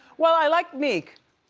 well, i like meek